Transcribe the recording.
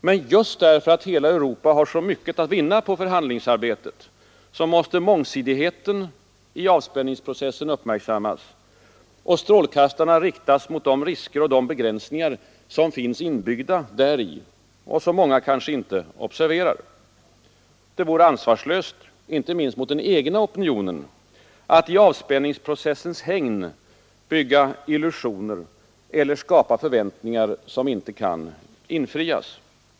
Men just därför att hela Europa har så mycket att vinna på förhandlingsarbetet måste mångsidigheten i avspänningsprocessen uppmärksammas och strålkastarna riktas mot de risker och de begränsningar som finns inbyggda däri och som många kanske inte observerar. Det vore — inte minst mot den egna opinionen — ansvarslöst att i avspänningsprocessens hägn bygga illusioner eller skapa förväntningar som inte kan infrias.